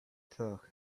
thought